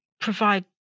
provide